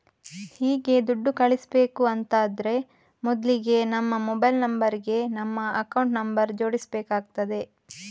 ಹೀಗೆ ದುಡ್ಡು ಕಳಿಸ್ಬೇಕು ಅಂತಾದ್ರೆ ಮೊದ್ಲಿಗೆ ನಮ್ಮ ಮೊಬೈಲ್ ನಂಬರ್ ಗೆ ನಮ್ಮ ಅಕೌಂಟ್ ನಂಬರ್ ಜೋಡಿಸ್ಬೇಕಾಗ್ತದೆ